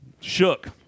shook